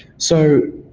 so,